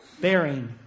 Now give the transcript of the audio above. bearing